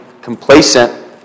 complacent